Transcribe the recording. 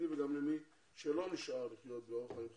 וגם למי שלא נשאר לחיות באורח חיים חרדי.